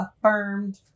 affirmed